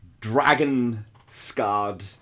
dragon-scarred